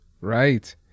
right